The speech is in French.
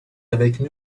avec